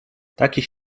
takich